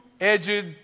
edged